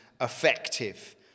effective